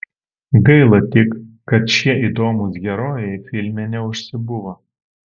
gaila tik kad šie įdomūs herojai filme neužsibuvo